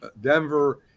Denver